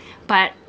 but